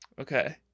Okay